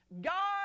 God